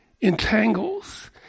entangles